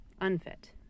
Unfit